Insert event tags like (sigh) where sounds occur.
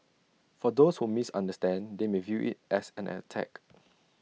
for those who misunderstand they may view IT as an attack (noise)